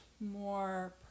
more